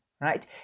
right